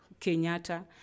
Kenyatta